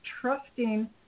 trusting